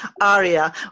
ARIA